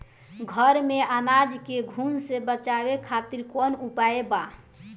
घर में अनाज के घुन से बचावे खातिर कवन उपाय बा?